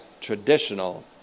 traditional